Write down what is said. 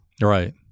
right